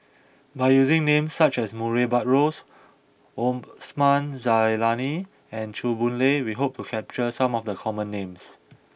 by using names such as Murray Buttrose Osman Zailani and Chew Boon Lay we hope to capture some of the common names